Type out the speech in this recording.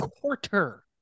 quarter